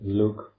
look